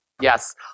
yes